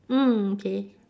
mm K